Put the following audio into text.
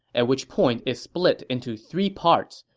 at which point it split into three parts,